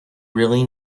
really